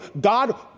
God